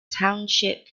township